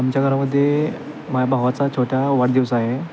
आमच्या घरामध्ये माझ्या भावाचा छोट्या वाढदिवस आहे